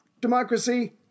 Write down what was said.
Democracy